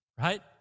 right